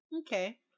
okay